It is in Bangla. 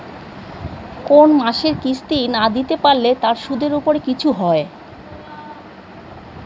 কোন মাসের কিস্তি না দিতে পারলে তার সুদের উপর কিছু হয়?